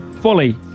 Fully